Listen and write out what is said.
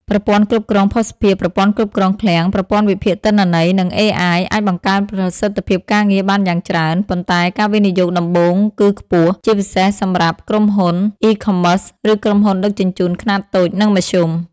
ប្រព័ន្ធគ្រប់គ្រងភស្តុភារ ប្រព័ន្ធគ្រប់គ្រងឃ្លាំង ប្រព័ន្ធវិភាគទិន្នន័យ និង AI អាចបង្កើនប្រសិទ្ធភាពការងារបានយ៉ាងច្រើន ប៉ុន្តែការវិនិយោគដំបូងគឺខ្ពស់ ជាពិសេសសម្រាប់ក្រុមហ៊ុន E-commerce ឬក្រុមហ៊ុនដឹកជញ្ជូនខ្នាតតូច និងមធ្យម។